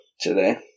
today